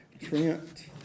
Trent